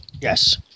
Yes